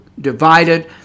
divided